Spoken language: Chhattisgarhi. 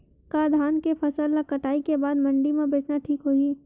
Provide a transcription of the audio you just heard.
का धान के फसल ल कटाई के बाद मंडी म बेचना ठीक होही?